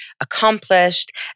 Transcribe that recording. accomplished